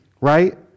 right